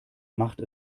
macht